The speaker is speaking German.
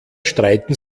streiten